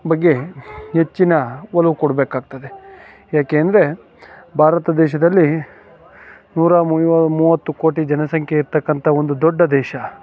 ಬಗ್ಗೆ ಹೆಚ್ಚಿನ ಒಲವು ಕೊಡ್ಬೇಕಾಗ್ತದೆ ಏಕೆ ಅಂದರೆ ಭಾರತ ದೇಶದಲ್ಲಿ ನೂರ ಮುಯೋ ಮೂವತ್ತು ಕೋಟಿ ಜನಸಂಖ್ಯೆ ಇರ್ತಕ್ಕಂಥ ಒಂದು ದೊಡ್ಡ ದೇಶ